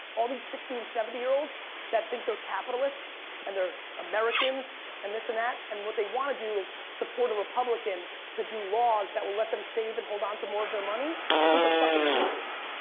all the sixty and seventy year olds that think their capitalists and their americans and this and that and what they want to do is support a republican to do laws that will let them save and hold onto more of their money. i think they're fucking losers.